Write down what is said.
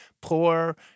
poor